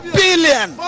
billion